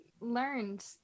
learned